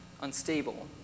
unstable